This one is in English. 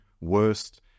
worst